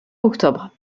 octobre